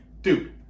dude